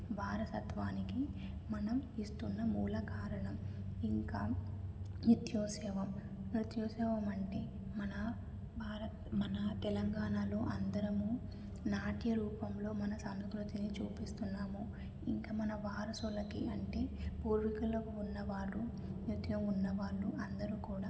వారసత్వానికి మనం ఇస్తున్న మూలకారణం ఇంకా నృత్య సేవ నృత్య సేవం అంటే మన భారత్ మన తెలంగాణాలో అందరమూ నాట్య రూపంలో మన సంస్కృతిని చూపిస్తున్నాము ఇంకా మన వారసులకి అంటే పూర్వీకులు ఉన్నవారు నృత్యం ఉన్నవాళ్ళు అందరూ కూడా